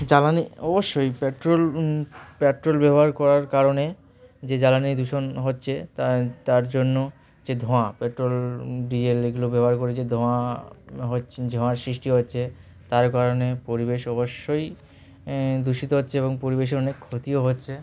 জ্বালানি অবশ্যই petrol petrol ব্যবহার করার কারণে যে জ্বালানি দূষণ হচ্ছে তা তার জন্য যে ধোঁয়া পেট্রোল ডিজেল এগুলো ব্যবহার করে যে ধোঁয়া হচ্ছে ধোঁয়ার সৃষ্টি হচ্ছে তার কারণে পরিবেশ অবশ্যই দূষিত হচ্ছে এবং পরিবেশে অনেক ক্ষতিও হচ্ছে